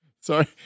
sorry